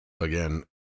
again